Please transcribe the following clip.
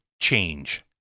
change